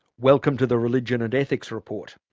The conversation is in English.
welcome to the religion and ethics report.